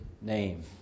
name